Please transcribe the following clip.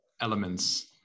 elements